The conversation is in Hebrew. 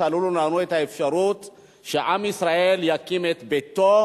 סללו את האפשרות שעם ישראל יקים את ביתו,